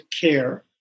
care